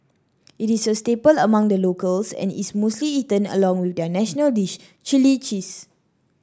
it is a staple among the locals and is mostly eaten along with their national dish chilli cheese